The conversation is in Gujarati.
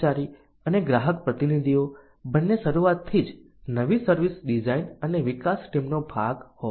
કર્મચારી અને ગ્રાહક પ્રતિનિધિઓ બંને શરૂઆતથી જ નવી સર્વિસ ડિઝાઇન અને વિકાસ ટીમનો ભાગ હોવા જોઈએ